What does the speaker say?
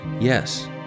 yes